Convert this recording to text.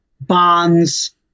bonds